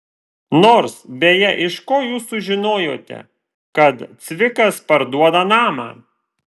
nors beje iš ko jūs sužinojote kad cvikas parduoda namą